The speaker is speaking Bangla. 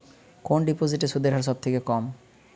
কোন ডিপোজিটে সুদের হার সবথেকে কম?